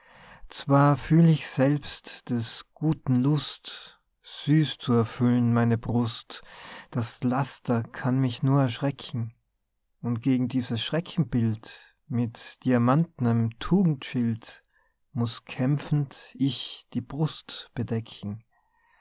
zwar fühl ich selbst des guten lust süß zu erfüllen meine brust das laster kann mich nur erschrecken und gegen dieses schreckenbild mit diamantnem tugendschild muß kämpfend ich die brust bedecken